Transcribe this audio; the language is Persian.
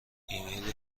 ایمیل